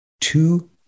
Two